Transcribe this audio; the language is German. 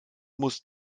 muss